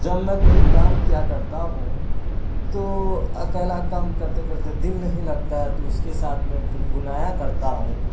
جب میں کوئی کام کیا کرتا ہوں تو اکیلا کام کرتے کرتے دل نہیں لگتا ہے تو اس کے ساتھ میں گنگنایا کرتا ہوں